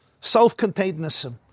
self-containedness